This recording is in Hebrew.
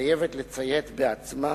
חייבת לציית בעצמה